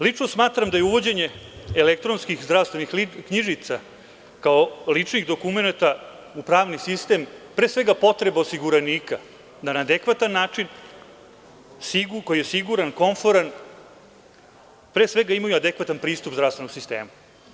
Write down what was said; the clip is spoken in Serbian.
Lično smatram da je uvođenje elektronskih zdravstvenih knjižica kao ličnih dokumenata u pravni sistem pre svega potreba osiguranika da na adekvatan način, koji je siguran, komforan, pre svega ima adekvatan pristup zdravstvenog sistema.